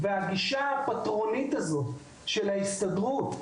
הגישה הפטרונית הזו של ההסתדרות,